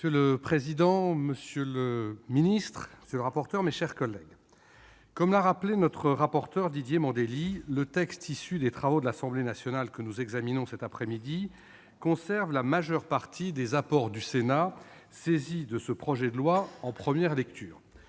Monsieur le président, monsieur le secrétaire d'État, mes chers collègues, comme l'a rappelé notre rapporteur Didier Mandelli, le texte issu des travaux de l'Assemblée nationale que nous examinons cet après-midi conserve la majeure partie des apports du Sénat, saisi de ce projet de loi en première lecture,